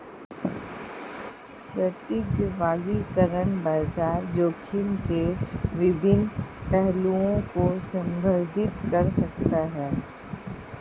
प्रत्येक वर्गीकरण बाजार जोखिम के विभिन्न पहलुओं को संदर्भित कर सकता है